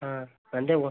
ಹಾಂ ನನ್ನದೇ ಓನ್